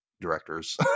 directors